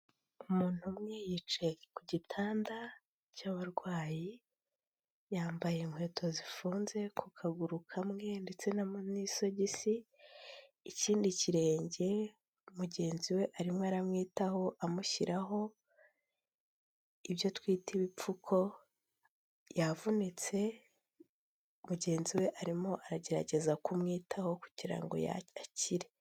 Umuntu umwe yicaye ku gitanda cy'abarwayi yambaye inkweto zifunze ku kaguru kamwe ndetse n'isogisi, ikindi kirenge mugenzi we arimo aramwitaho amushyiraho ibyo atwita ibipfuko yavunitse mugenzi we arimo aragerageza kumwitaho kugira ngo akire.